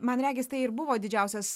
man regis tai ir buvo didžiausias